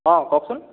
অঁ কওকচোন